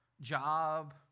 job